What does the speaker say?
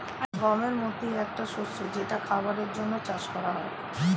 গমের মতি একটা শস্য যেটা খাবারের জন্যে চাষ করা হয়